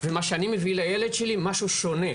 ומה שאני מביא לילד שלי, משהו שונה.